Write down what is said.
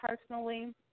personally